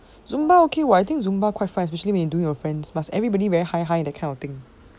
zumba okay [what] I think zumba quite fun especially when you are doing your friends must everybody very high hind that kind of thing